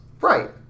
Right